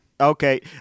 okay